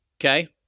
Okay